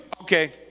okay